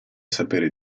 sapere